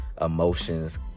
emotions